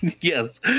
yes